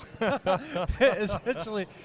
Essentially